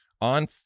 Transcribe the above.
on